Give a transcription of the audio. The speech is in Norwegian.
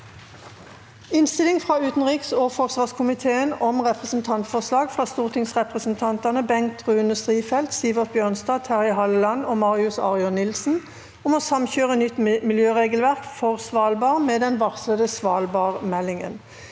e d t a k : Dokument 8:163 S (2022–2023) – Representantforslag fra stortingsrepresentantene Bengt Rune Strifeldt, Sivert Bjørnstad, Terje Halleland og Marius Arion Nilsen om å samkjøre nytt miljøregelverk for Svalbard med den varslede Svalbardmeldingen